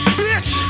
bitch